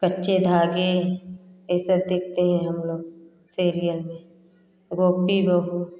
कच्चे धागे यह सब देखते हैं हम लोग सीरियल में गोपी बहू